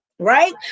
right